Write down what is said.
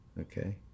okay